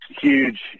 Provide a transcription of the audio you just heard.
huge